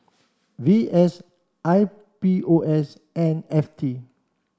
V S I P O S and F T